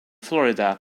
florida